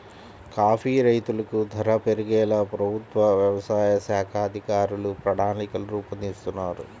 coffee రైతులకు ధర పెరిగేలా ప్రభుత్వ వ్యవసాయ శాఖ అధికారులు ప్రణాళికలు రూపొందిస్తున్నారు